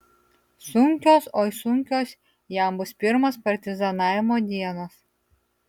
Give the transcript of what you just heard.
sunkios oi sunkios jam bus pirmos partizanavimo dienos